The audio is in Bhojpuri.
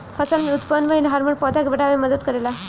फसल में उत्पन्न भइल हार्मोन पौधा के बाढ़ावे में मदद करेला